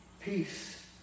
Peace